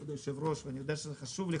כבוד היושב-ראש, אני יודע שזה חשוב לך.